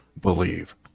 believe